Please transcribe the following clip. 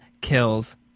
kills